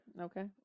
Okay